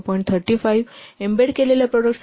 35 आहे एम्बेड प्रॉडक्टसाठी exponent value 0